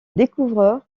découvreur